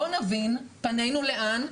בואו נבין פנינו לאן,